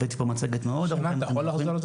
הבאתי פה מצגת מאוד -- סליחה אתה יכול לחזור על זה,